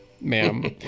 Ma'am